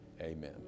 Amen